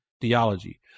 theology